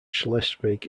schleswig